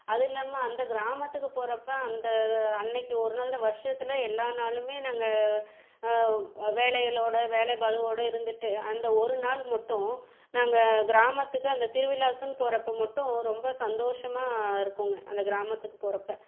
அதுவும் இல்லாமல் அந்த கிராமத்துக்கு போறப்போ அந்த அன்னைக்கி ஒரு நாள் அந்த வருஷத்தில் எல்லா நாளுமே நாங்கள் வேலைகளோடு வேலைப் பளுவோடு இருந்துட்டு அந்த ஒரு நாள் மட்டும் நாங்கள் கிராமத்துக்கு அந்த திருவிழாக்குன்னு போறப்போ மட்டும் ரொம்ப சந்தோஷமாக இருக்குங்க அந்த கிராமத்துக்கு போறப்போ